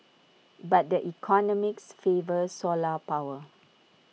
but the economics favour solar power